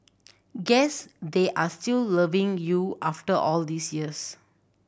guess they are still loving you after all these years